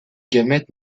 gamètes